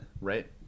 right